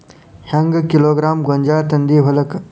ಹೆಂಗ್ ಕಿಲೋಗ್ರಾಂ ಗೋಂಜಾಳ ತಂದಿ ಹೊಲಕ್ಕ?